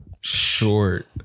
Short